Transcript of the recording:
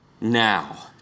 Now